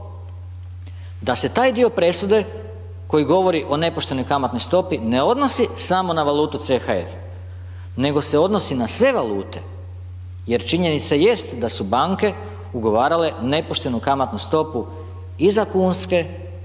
da se taj dio presude koji govori o nepoštenoj kamatnoj stopi ne odnosi samo na valutu CHF. Nego se odnosi na sve valute, jer činjenica jest da su banke ugovarale nepoštenu kamatnu stopu i za kunske